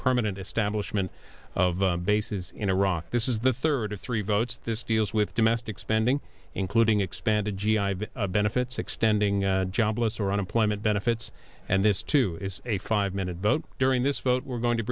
permanent establishment of bases in iraq this is the third of three votes this deals with domestic spending including expanded g i bill benefits extending jobless or unemployment benefits and this too is a five minute vote during this vote we're going to